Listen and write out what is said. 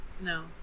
No